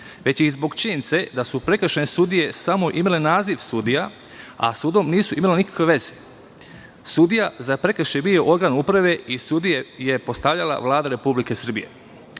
već je i zbog činjenice da su prekršajne sudije samo imale naziv sudija, a sa sudom nisu imale nikakve veze. Sudija za prekršaje je bio organ uprave i sudije je postavljala Vlada Republike Srbije.